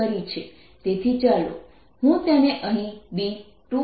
B